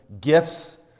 gifts